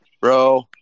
Bro